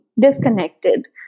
disconnected